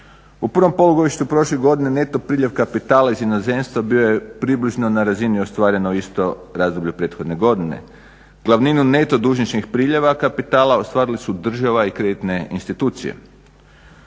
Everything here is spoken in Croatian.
U prvom polugodištu prošle godine neto priljev kapitala iz inozemstva bio je približno na razini ostvarenoj u istom razdoblju prethodne godine. Glavninu neto dužničkih priljeva kapitala ostvarili su država i kreditne institucije.